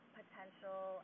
potential